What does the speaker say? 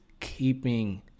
keeping